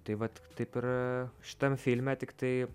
tai vat taip ir šitam filme tiktai